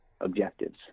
objectives